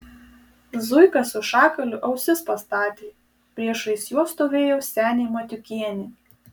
zuika su šakaliu ausis pastatė priešais juos stovėjo senė matiukienė